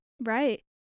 Right